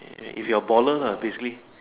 if you're a baller ah basically